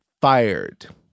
Fired